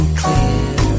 clear